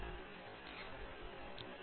பேராசிரியர் பிரதாப் ஹரிதாஸ் சரி நல்லது